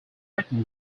written